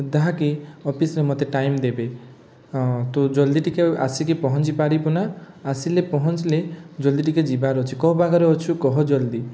ତାହାକି ଅଫିସ୍ରେ ମୋତେ ଟାଇମ୍ ଦେବେ ତୁ ଜଲ୍ଦି ଟିକେ ଆସିକି ପହଞ୍ଚି ପାରିବୁନା ଆସିଲେ ପହଞ୍ଚିଲେ ଜଲ୍ଦି ଟିକେ ଯିବାର ଅଛି କେଉଁ ପାଖରେ ଅଛୁ କହ ଜଲ୍ଦି